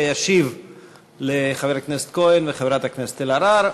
ישיב לחבר הכנסת כהן ולחברת הכנסת אלהרר.